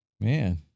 Man